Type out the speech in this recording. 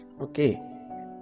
Okay